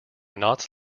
knots